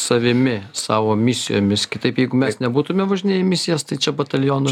savimi savo misijomis kitaip jeigu mes nebūtume važinėję į misijas tai čia bataliono